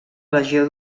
legió